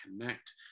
connect